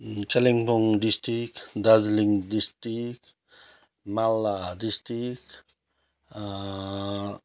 Kalimpong district Darjeeling district Malda district